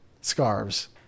scarves